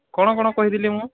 କ'ଣ କ'ଣ କହିଥିଲି ମୁଁ